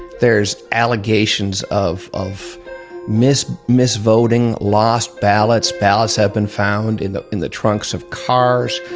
there's allegations of of mis mis voting, lost ballots. ballots have been found in the in the trunks of cars.